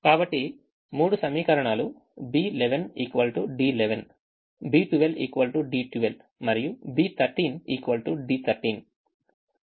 కాబట్టి 3 సమీకరణాలు B11 D11 B12 D12 మరియు B13 D13